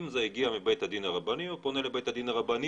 אם זה מגיע מבית הדין הרבני הוא פונה לבית הדין הרבני